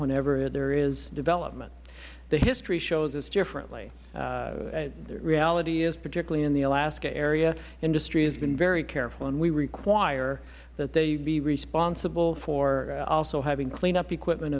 whenever there is development the history shows us differently the reality is particularly in the alaska area industry has been very careful and we require that they be responsible for also having clean up equipment